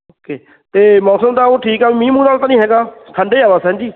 okay ਅਤੇ ਮੌਸਮ ਤਾਂ ਉਹ ਠੀਕ ਆ ਵੀ ਮੀਂਹ ਮੂਹ ਵਾਲਾ ਤਾਂ ਨਹੀਂ ਹੈਗਾ ਠੰਡ ਏ ਆ ਬਸ ਹਾਂਜੀ